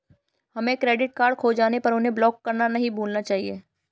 हमें credit card खो जाने पर उसे ब्लॉक करना नहीं भूलना चाहिए